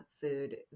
food